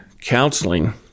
counseling